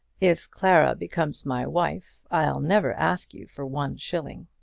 if clara becomes my wife i'll never ask you for one shilling.